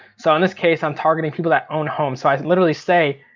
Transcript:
so in this case i'm targeting people that own homes. so i literally say,